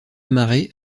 marée